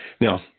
Now